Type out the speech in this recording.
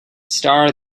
star